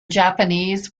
japanese